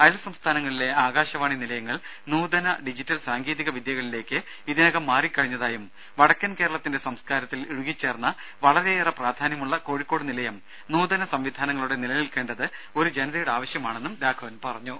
അയൽ സംസ്ഥാനങ്ങളിലെ ആകാശവാണി നിലയങ്ങൾ നൂതന ഡിജിറ്റൽ സാങ്കേതിക വിദ്യകളിലേക്ക് ഇതിനകം മാറിക്കഴിഞ്ഞതായും വടക്കൻ കേരളത്തിന്റെ സംസ്കാരത്തിൽ ഇഴുകിച്ചേർന്ന വളരെയേറെ പ്രാധാന്യമുള്ള കോഴിക്കോട് നിലയം നൂതന സംവിധാനങ്ങളോടെ നിലനിൽക്കേണ്ടത് ഒരു ജനതയുടെ ആവശ്യമാണെന്നും രാഘവൻ പറഞ്ഞു